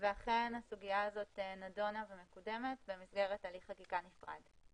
אכן הסוגיה הזאת נדונה ומקודמת במסגרת הליך חקיקה נפרד.